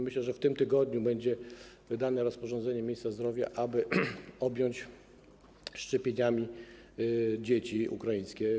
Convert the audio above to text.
Myślę, że w tym tygodniu będzie wydane rozporządzenie ministra zdrowia, aby objąć szczepieniami ukraińskie dzieci.